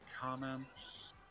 Comments